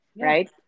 Right